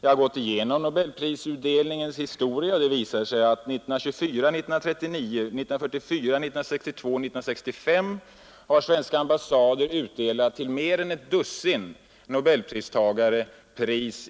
Jag har gått igenom nobelprisutdelningens historia, och det visar sig att 1924, 1939, 1944, 1962 och 1965 har svenska ambassader utdelat pris i utlandet till mer än ett dussin nobelpristagare. Det